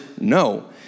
no